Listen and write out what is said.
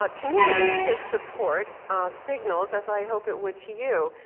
but to me, his support signals, as i hope it would to you,